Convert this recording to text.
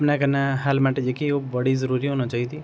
अपने कन्नै हैलमेंट जेह्की ओह् बड़ी जरूरी होना चाहिदी